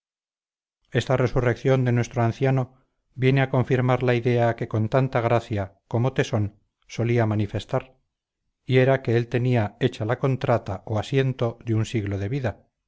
esta resurrección de nuestro anciano viene a confirmar la idea que con tanta gracia como tesón solía manifestar y era que él tenía hecha la contrata o asiento de un siglo de vida